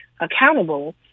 accountable